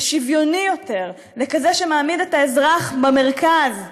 לשוויוני יותר, לכזה שמעמיד את האזרח במרכז,